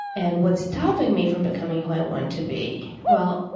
and what's stopping me from becoming who i want to be? well,